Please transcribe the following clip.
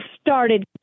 started